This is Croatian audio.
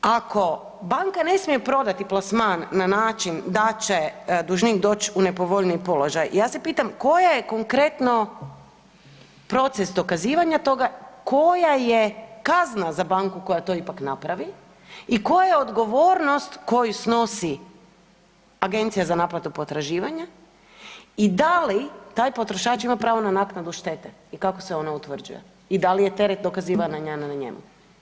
Ako banka ne smije prodati plasman na način da će dužnik doć u nepovoljniji položaj, ja se pitam koji je konkretno proces dokazivanja toga, koja je kazna za banku koja to ipak napravi i koja je odgovornost koju snosi agencija za naplatu potraživanja i da li taj potrošač ima pravo na naknadu štete i kako se ona utvrđuje i da li je teret dokazivanja na njemu?